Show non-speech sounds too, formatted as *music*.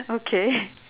okay *breath*